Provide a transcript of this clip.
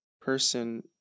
person